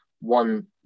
one